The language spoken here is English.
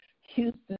Houston